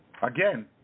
Again